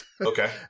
Okay